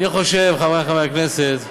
אני חושב, חברי חברי הכנסת,